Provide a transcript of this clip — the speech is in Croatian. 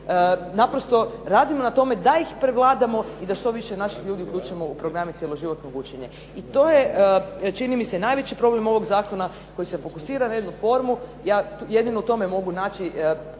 naprosto radimo na tome da ih prevladamo i da što više naših ljudi uključimo u programe cjeloživotnog učenja. I to je čini mi se najveći problem ovog zakona koji se fokusira na jednu formu, ja jedino u tome mogu naći